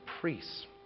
priests